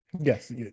Yes